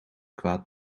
kwaad